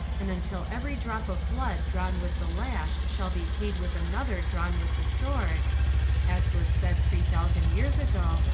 and until every drop of blood drawn with the lash shall be paid with another drawn with the sword as was said three thousand years ago,